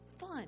fun